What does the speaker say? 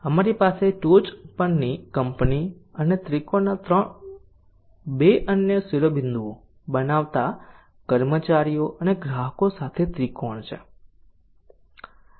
અમારી પાસે ટોચ પરની કંપની અને ત્રિકોણના 2 અન્ય શિરોબિંદુઓ બનાવતા કર્મચારીઓ અને ગ્રાહકો સાથે ત્રિકોણ છે